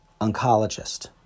oncologist